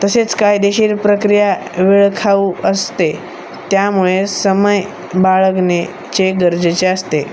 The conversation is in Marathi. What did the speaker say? तसेच कायदेशीर प्रक्रिया वेळखाऊ असते त्यामुळे समय बाळगणेचे गरजेचे असते